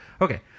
Okay